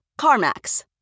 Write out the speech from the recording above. CarMax